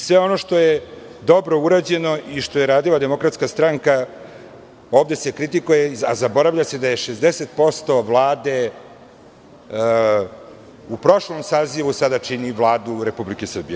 Sve ono što je dobro urađeno i što je radila DS ovde se kritikuje, a zaboravlja se da60% Vlade u prošlom sazivu sada čini Vladu Republike Srbije.